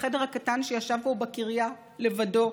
לחדר הקטן שישב בו בקריה לבדו,